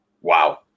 Wow